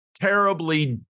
terribly